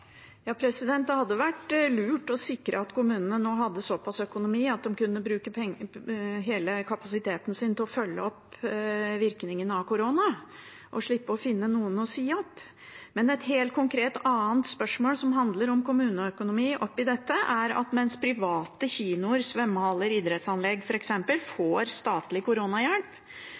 Det hadde vært lurt å sikre at kommunene nå hadde såpass god økonomi at de kunne bruke hele kapasiteten sin til å følge opp virkningene av korona og slippe å finne noen å si opp. Et helt konkret annet spørsmål som handler om kommuneøkonomi oppi dette, er at mens private kinoer, svømmehaller, idrettsanlegg f.eks. får statlig